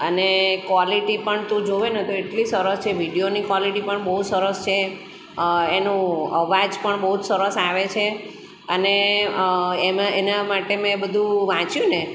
અને કોલેટી પણ તું જુએ ને તો એટલી સરસ છે વિડીઓની કોલેટી પણ બહુ સરસ છે એનો અવાજ પણ બહુ જ સરસ આવે છે અને એમાં એના માટે મેં બધું વાંચ્યું ને